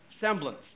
semblance